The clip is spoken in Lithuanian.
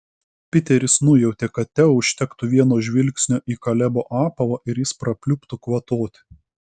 piteris nujautė kad teo užtektų vieno žvilgsnio į kalebo apavą ir jis prapliuptų kvatoti